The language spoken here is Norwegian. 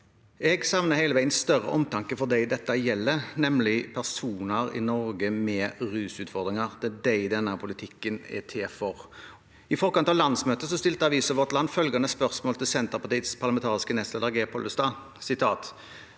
Jeg savner hele veien større omtanke for dem dette gjelder, nemlig personer i Norge med rusutfordringer. Det er dem denne politikken er til for. I forkant av landsmøtet stilte avisen Vårt Land følgende spørsmål til Senterpartiets parlamentariske nestleder, Geir Pollestad: